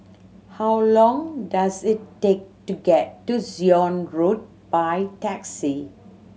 how long does it take to get to Zion Road by taxi